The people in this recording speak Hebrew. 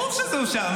ברור שזה אושר.